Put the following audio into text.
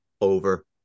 over